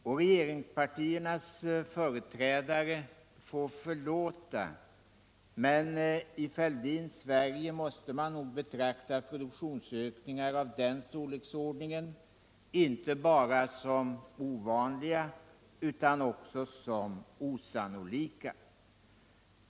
Och regeringspartiernas företrädare får förlåta, men i Fälldins Sverige måste man nog betrakta produktionsökningar av den storleksordningen inte bara som ovanliga utan också som osannolika.